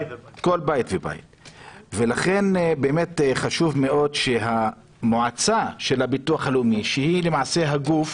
לכן חשוב מאוד שמועצת הביטוח הלאומי, שהיא הגוף